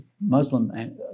Muslim